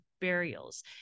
burials